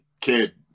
kid